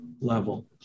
level